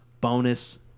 bonus